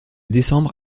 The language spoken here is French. décembre